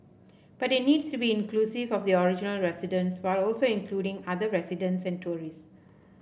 but it needs to be inclusive of the original residents while also including other residents and tourists